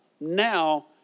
Now